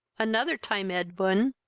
another time, edwin,